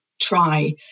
try